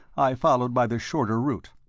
i followed by the shorter route.